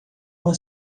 uma